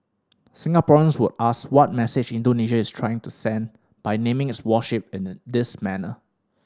Singaporeans would ask what message Indonesia is trying to send by naming its warship in a this manner